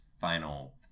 final